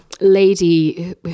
lady